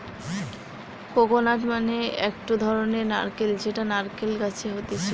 coconut মানে একটো ধরণের নারকেল যেটা নারকেল গাছে হতিছে